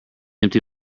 empty